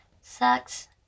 sucks